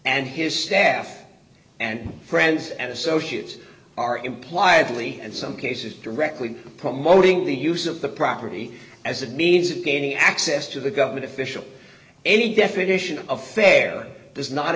and his staff and friends and associates are implied lee and some cases directly promoting the use of the property as a means of gaining access to the government official any definition of fair does not